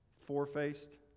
four-faced